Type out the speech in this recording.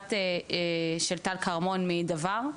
האחת של טל כרמון מ"דבר",